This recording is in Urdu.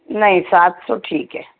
نہیں سات سو ٹھیک ہے